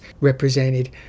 represented